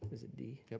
it d?